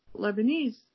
Lebanese